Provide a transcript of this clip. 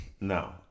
No